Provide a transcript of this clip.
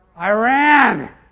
Iran